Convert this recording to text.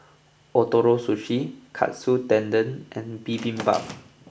Ootoro Sushi Katsu Tendon and Bibimbap